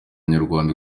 abanyarwanda